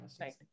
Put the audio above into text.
Right